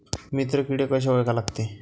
मित्र किडे कशे ओळखा लागते?